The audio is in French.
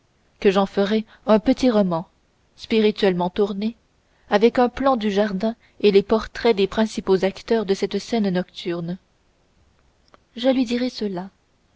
que j'en ferai faire un petit roman spirituellement tourné avec un plan du jardin et les portraits des principaux acteurs de cette scène nocturne je lui dirai cela